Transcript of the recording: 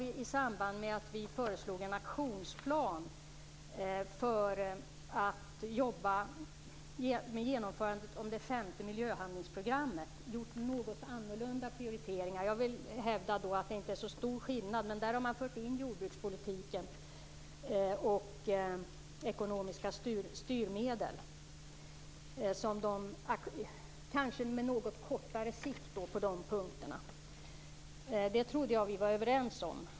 I samband med att vi föreslog en aktionsplan för genomförandet av det femte miljöhandlingsprogrammet har vi sedan gjort något annorlunda prioriteringar. Jag vill hävda att det inte är så stor skillnad. Man har fört in även jordbrukspolitiken och ekonomiska styrmedel, kanske på något kortare sikt. Det trodde jag vi var överens om.